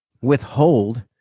withhold